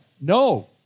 No